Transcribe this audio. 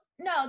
No